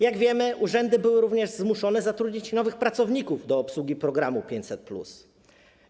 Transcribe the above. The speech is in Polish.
Jak wiemy, urzędy były również zmuszone zatrudnić nowych pracowników do obsługi programu 500+.